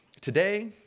today